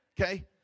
okay